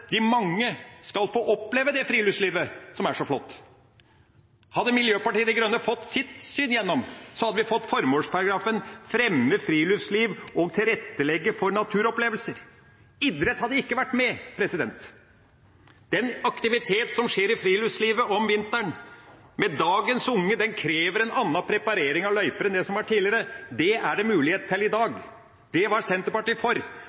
friluftslivet som er så flott. Hadde Miljøpartiet De Grønne fått sitt syn gjennom, hadde vi fått formålsparagrafen «fremme friluftsliv og tilrettelegge for naturopplevelse». Idrett hadde ikke vært med. Den aktivitet som skjer i friluftslivet om vinteren, med dagens unge, krever en annen preparering av løyper enn det som det var tidligere. Det er det mulighet til i dag. Det var Senterpartiet for.